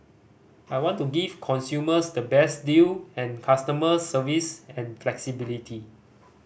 I want to give consumers the best deal and customer service and flexibility